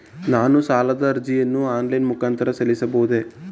ನಾನು ಸಾಲದ ಅರ್ಜಿಯನ್ನು ಆನ್ಲೈನ್ ಮುಖಾಂತರ ಸಲ್ಲಿಸಬಹುದೇ?